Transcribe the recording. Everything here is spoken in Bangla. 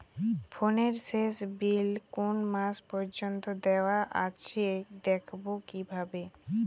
ফোনের শেষ বিল কোন মাস পর্যন্ত দেওয়া আছে দেখবো কিভাবে?